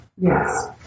Yes